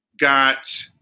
got